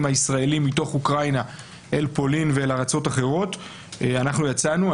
הישראלים מתוך אוקראינה אל פולין ואל ארצות אחרות אנחנו יצאנו.